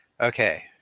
Okay